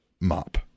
Mop